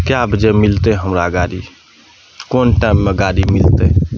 कए बजे मिलतै हमरा गाड़ी कोन टाइममे गाड़ी मिलतै